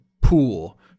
pool